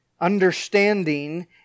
understanding